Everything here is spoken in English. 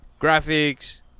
graphics